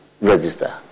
register